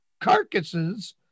carcasses